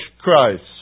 Christ